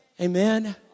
Amen